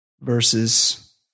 Versus